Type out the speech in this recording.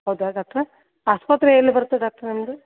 ಹೌದಾ ಡಾಕ್ಟ್ರೆ ಆಸ್ಪತ್ರೆ ಎಲ್ಲಿ ಬರುತ್ತೆ ಡಾಕ್ಟ್ರೆ ನಿಮ್ಮದು